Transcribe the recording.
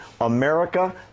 America